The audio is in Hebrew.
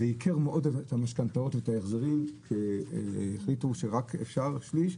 זה ייקר מאוד את המשכנתאות ואת ההחזרים כי החליטו שאפשר רק שליש,